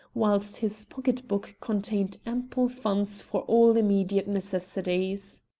whilst his pocket-book contained ample funds for all immediate necessities.